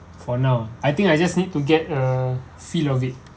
for now I think I just need to get a feel of it